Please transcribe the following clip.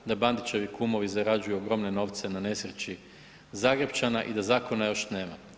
Da Bandićevi kumovi zarađuju ogromne novce na nesreći Zagrepčana i da zakona još nema.